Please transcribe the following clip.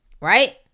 right